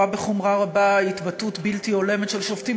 רואה בחומרה רבה התבטאות בלתי הולמת של שופטים,